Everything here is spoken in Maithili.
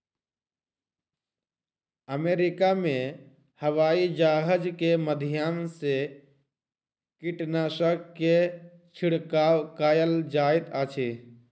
अमेरिका में हवाईजहाज के माध्यम से कीटनाशक के छिड़काव कयल जाइत अछि